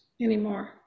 anymore